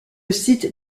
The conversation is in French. site